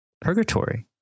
purgatory